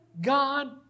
God